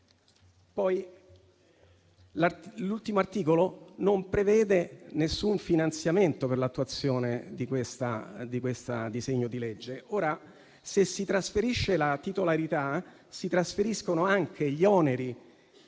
L'ultimo articolo, poi, non prevede alcun finanziamento per l'attuazione di questo disegno di legge. Ebbene, se si trasferisce la titolarità, si trasferiscono anche gli oneri